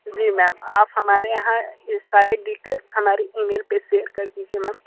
जी ma'am आप हमारे यहां ये सारी डीटेल्स हमारे ईमेल पर शेअर कर दीजीए मैम